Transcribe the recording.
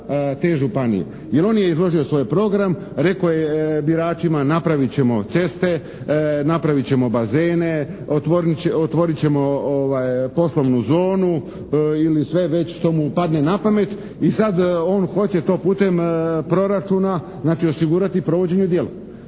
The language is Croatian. on je izložio svoj program, rekao je biračima napravit ćemo ceste, napravit ćemo bazene, otvorit ćemo poslovnu zonu ili sve već što mu padne na pamet i sad on hoće to putem proračuna znači osigurati provođenje u djelo.